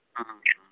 ᱦᱚᱸ ᱦᱚᱸ